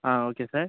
ah okay sir